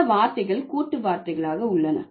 இந்த வார்த்தைகள் கூட்டு வார்த்தைகள் உள்ளன